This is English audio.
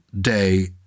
day